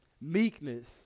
meekness